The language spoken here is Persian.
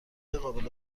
قابل